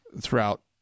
throughout